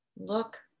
Look